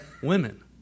women